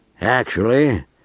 Actually